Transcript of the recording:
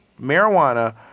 marijuana